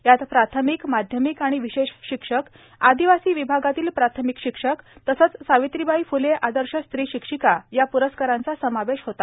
यात प्राथमिक माध्यमिक आणि विशेष शिक्षक आदिवासी विभागातील प्राथमिक शिक्षक तसंच सावित्रीबाई फ्ले आदर्श स्त्री शिक्षिका या प्रस्कारांचा समावेश होता